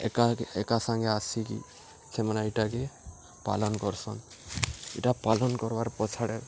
ଏକା ଏକା ସାଙ୍ଗେ ଆସିକି ସେମାନେ ଇଟାକେ ପାଳନ୍ କର୍ସନ୍ ଇଟା ପାଳନ୍ କର୍ବାର୍ ପଛ୍ଆଡ଼େ